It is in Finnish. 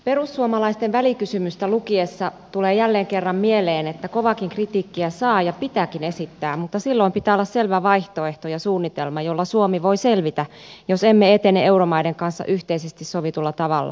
perussuomalaisten välikysymystä lukiessa tulee jälleen kerran mieleen että kovaakin kritiikkiä saa ja pitääkin esittää mutta silloin pitää olla selvä vaihtoehto ja suunnitelma jolla suomi voi selvitä jos emme etene euromaiden kanssa yhteisesti sovitulla tavalla